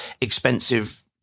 expensive